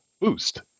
boost